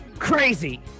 Crazy